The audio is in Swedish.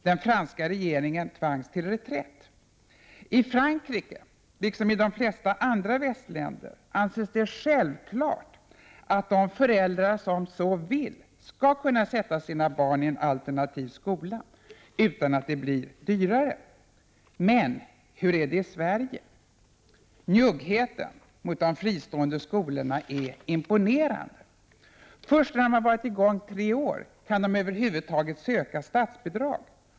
Den franska regeringen tvangs till reträtt. I Frankrike, liksom i de flesta andra västländer, anses det självklart att de föräldrar som så vill skall kunna sätta sina barn i en alternativ skola utan att det blir dyrare. Men hur är det i Sverige? Njuggheten mot de fristående skolorna är imponerande. Först när de varit i gång tre år kan de över huvud taget söka statsbidrag.